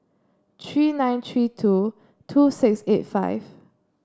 three nine three two two six eight five